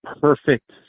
perfect